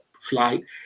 flight